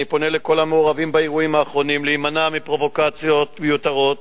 אני פונה לכל המעורבים באירועים האחרונים להימנע מפרובוקציות מיותרות